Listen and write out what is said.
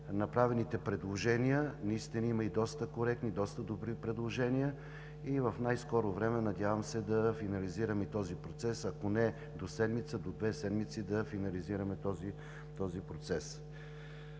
направените предложения. Наистина има доста коректни и добри предложения и в най-скоро време се надявам да финализираме този процес – ако не е до седмица, до две седмици да финализираме този процес.